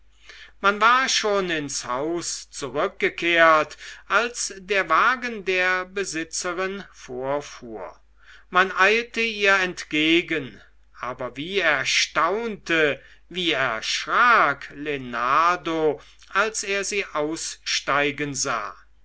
man war schon ins haus zurückgekehrt als der wagen der besitzerin vorfuhr man eilte ihr entgegen aber wie erstaunte wie erschrak lenardo als er sie aussteigen sah